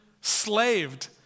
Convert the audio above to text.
slaved